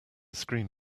screen